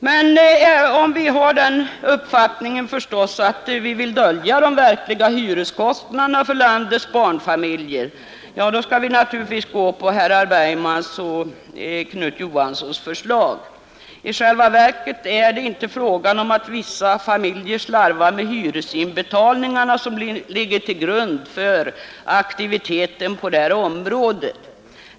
Men om vi har den uppfattningen att vi vill dölja de verkliga hyreskostnaderna för landets barnfamiljer, då skall vi förstås gå på herrar Bergmans och Knut Johanssons förslag. I själva verket är det inte den omständigheten att vissa familjer slarvar med hyresinbetalningarna som ligger till grund för aktiviteten på det här området.